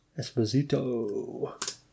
Esposito